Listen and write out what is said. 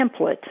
template